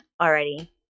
already